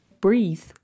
breathe